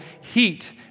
heat